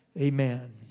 Amen